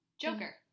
Joker